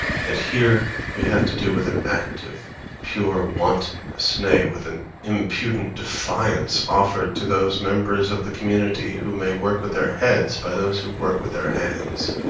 that here we have to do with an act of pure wantonness nay, with an impudent defiance offered to those members of the community who work with their heads by those who work with their hands.